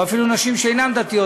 או אפילו נשים שאינן דתיות,